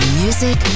music